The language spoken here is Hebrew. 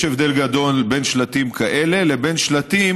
יש הבדל גדול בין שלטים כאלה לבין שלטים